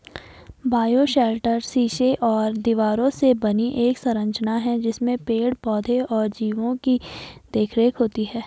bioshelter शीशे और दीवारों से बनी एक संरचना है जिसमें पेड़ पौधे और जीवो की देखरेख होती है